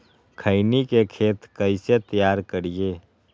खैनी के खेत कइसे तैयार करिए?